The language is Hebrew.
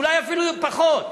אולי אפילו פחות.